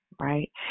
Right